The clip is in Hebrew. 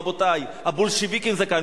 רבותי, הבולשביקים זה כאן.